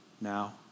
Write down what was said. now